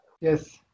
Yes